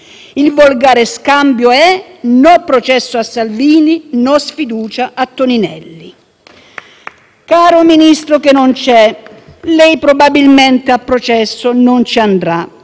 Caro Ministro che non c'è, lei probabilmente a processo non ci andrà e non perché quello che ha fatto coincida con l'interesse supremo nazionale.